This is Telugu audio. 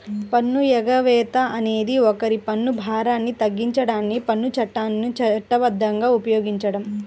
పన్ను ఎగవేత అనేది ఒకరి పన్ను భారాన్ని తగ్గించడానికి పన్ను చట్టాలను చట్టబద్ధంగా ఉపయోగించడం